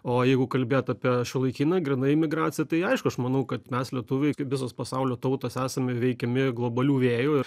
o jeigu kalbėt apie šiuolaikinę grynai imigraciją tai aišku aš manau kad mes lietuviai kaip visos pasaulio tautos esame veikiami globalių vėjų ir